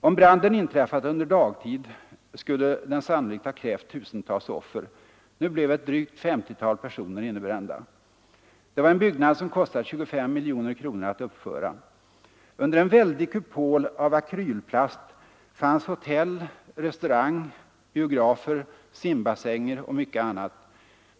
Om branden hade inträffat under dagtid skulle den sannolikt ha krävt tusentals offer. Nu blev ett drygt 50-tal personer innebrända. Det var en byggnad som kostat 25 miljoner kronor att uppföra. Under en väldig kupol av acrylplast fanns hotell, restaurang, biografer, simbassänger och mycket annat.